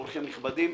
אורחים נכבדים,